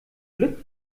glück